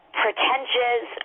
pretentious